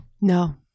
No